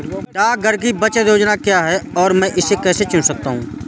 डाकघर की बचत योजनाएँ क्या हैं और मैं इसे कैसे चुन सकता हूँ?